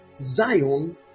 Zion